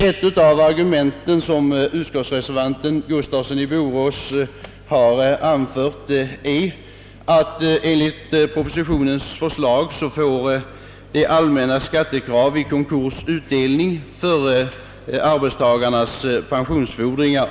Ett av de argument som utskottsreservanten, herr Gustafsson i Borås, anför är att det allmännas skattekrav enligt propositionens förslag i en konkurs får utdelning före arbetstagarnas pensionsfordringar.